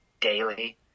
daily